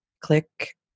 click